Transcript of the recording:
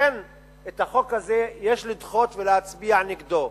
לכן את החוק הזה יש לדחות ולהצביע נגדו.